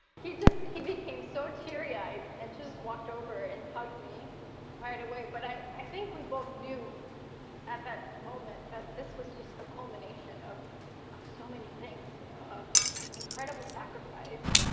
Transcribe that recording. he just he became so teary eyed and just walked over and hugged me right away. but i i think we both knew at that moment that this was just a culmination of of so many things, you know, of incredible sacrifice,